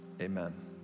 amen